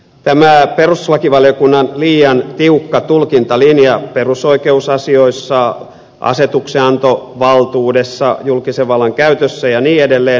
tämä perustuslakivaliokunnan liian tiukka tulkintalinja perusoikeusasioissa asetuksenantovaltuudessa julkisen vallan käytössä ja niin edelleen